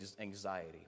anxiety